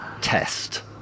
test